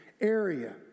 area